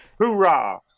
hoorah